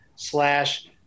slash